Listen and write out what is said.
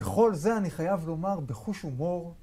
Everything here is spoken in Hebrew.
בכל זה אני חייב לומר בחוש הומור